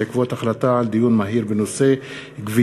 בעקבות דיון מהיר בהצעתה של חברת הכנסת תמר זנדברג